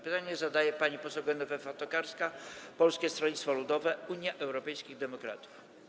Pytanie zadaje pani poseł Genowefa Tokarska, Polskie Stronnictwo Ludowe - Unia Europejskich Demokratów.